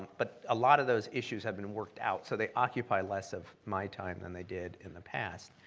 but a lot of those issues have been worked out, so they occupy less of my time than they did in the past,